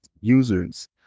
users